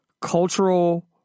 cultural